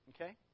Okay